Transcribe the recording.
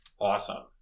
Awesome